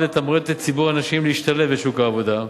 לתמרץ את ציבור הנשים להשתלב בשוק העבודה.